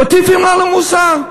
מטיפים לנו מוסר.